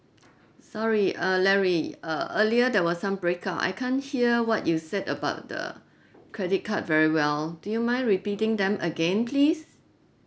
sorry err larry err earlier there was some breakout I can't hear what you said about the credit card very well do you mind repeating them again please